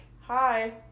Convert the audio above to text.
hi